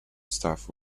staff